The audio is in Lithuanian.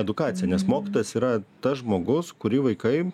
edukacija nes mokytojas yra tas žmogus kurį vaikai